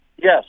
Yes